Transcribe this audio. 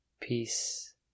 peace